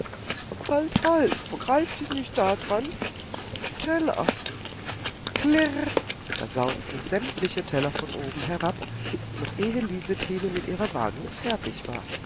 halt vergreif dich nicht dadran die teller klirr da sausten sämtliche teller von oben herab noch ehe liesetrine mit ihrer warnung fertig war